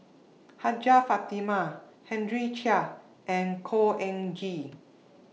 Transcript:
Hajjah Fatimah Henry Chia and Khor Ean Ghee